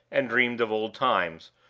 and dreamed of old times,